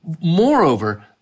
Moreover